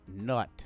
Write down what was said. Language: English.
nut